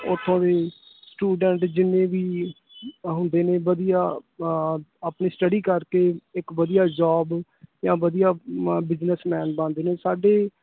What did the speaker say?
ਉੱਥੋਂ ਦੀ ਸਟੂਡੈਂਟ ਜਿੰਨੇ ਵੀ ਹੁੰਦੇ ਨੇ ਵਧੀਆ ਆਪਣੀ ਸਟਡੀ ਕਰਕੇ ਇੱਕ ਵਧੀਆ ਜੋਬ ਜਾਂ ਵਧੀਆ ਮ ਬਿਜਨਸਮੈਨ ਬਣਦੇ ਨੇ ਸਾਡੇ